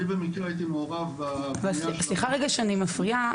אני במקרה הייתי מעורב ב -- סליחה רגע שאני מפריעה,